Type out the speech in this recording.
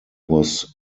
was